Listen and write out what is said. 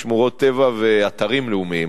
שמורות טבע ואתרים לאומיים,